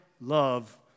love